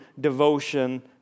devotion